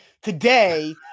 today